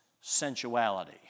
sensuality